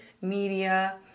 media